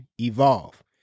evolve